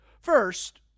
First